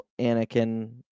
Anakin